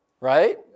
Right